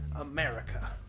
America